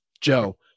Joe